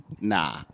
nah